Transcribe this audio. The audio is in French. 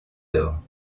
dor